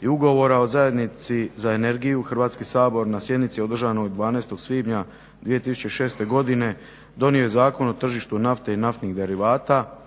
i Ugovora o zajednici za energiju Hrvatski sabor na sjednici održanoj 12. svibnja 2006. godine donio je Zakon o tržištu nafte i naftnih derivata,